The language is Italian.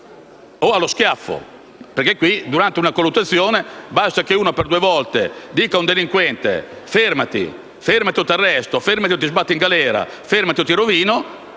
o allo schiaffo, perché durante una colluttazione basta che uno per due volte un agente dica a un delinquente «fermati», «fermati o ti arresto», «fermati o ti sbatto in galera», «fermati o ti rovino»